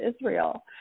Israel